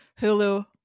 Hulu